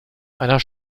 einer